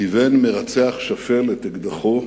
כיוון מרצח שפל את אקדחו